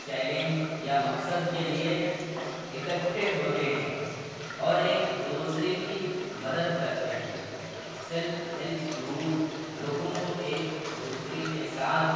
challenge یا مقصد کے لیے اکٹھے ہوتے ہیں اور ایک دوسرے کی مدد کرتے ہیں سیلف ہیلپ گروپ لوگوں کو ایک دوسرے کے ساتھ